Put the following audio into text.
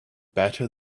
better